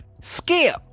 Skip